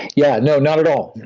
yeah no, not at all,